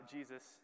Jesus